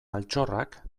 altxorrak